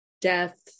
death